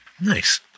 Nice